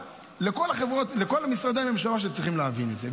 דוגמה לכל משרדי הממשלה שצריכים להבין את זה.